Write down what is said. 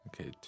Okay